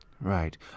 Right